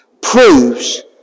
proves